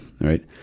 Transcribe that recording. right